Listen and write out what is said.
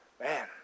Man